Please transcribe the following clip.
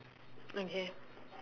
okay